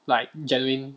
like genuine